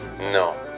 No